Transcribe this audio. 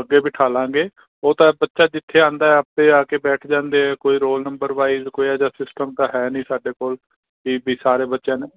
ਅੱਗੇ ਬਿਠਾ ਲਾਂਗੇ ਉਹ ਤਾਂ ਬੱਚਾ ਜਿੱਥੇ ਆਉਂਦਾ ਆਪੇ ਆ ਕੇ ਬੈਠ ਜਾਂਦੇ ਹੈ ਕੋਈ ਰੋਲ ਨੰਬਰ ਵਾਈਸ ਕੋਈ ਇਹੋ ਜਿਹਾ ਸਿਸਟਮ ਤਾਂ ਹੈ ਨਹੀਂ ਸਾਡੇ ਕੋਲ ਕੀ ਪੀ ਸਾਰੇ ਬੱਚਿਆਂ ਨੇ